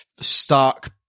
Stark